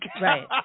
Right